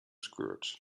skirts